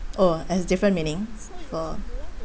oh it has different meanings